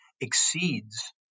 exceeds